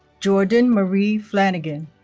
jordan marie flannagan